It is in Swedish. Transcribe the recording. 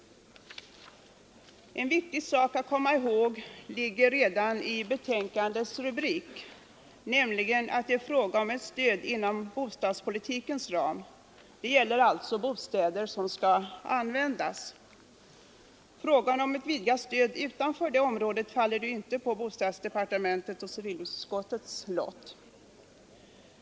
En viktig sak att komma ihåg ligger redan i betänkandets rubrik, nämligen att det är fråga om ett stöd inom bostadspolitikens ram. Det gäller alltså bostäder som skall användas. Frågorna om ett vidgat stöd utanför det området faller inte på bostadsdepartementets och civilutskottets lott.